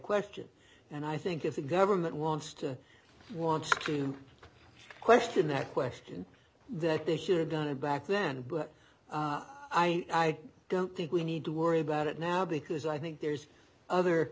question and i think if the government wants to wants to question that question that they should honor back then but i don't think we need to worry about it now because i think there's other